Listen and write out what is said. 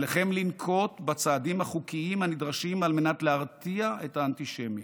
עליכם לנקוט את הצעדים החוקיים הנדרשים על מנת להרתיע את האנטישמיים,